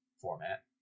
format